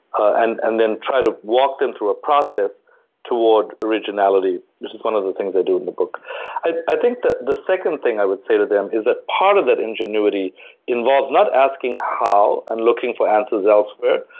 and and then try to walk them through a process toward originality, which is one of the things i do in the book i think the the second thing i would say to them is that ah part of that ingenuity involves not asking how, and looking for answers elsewhere,